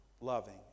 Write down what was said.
loving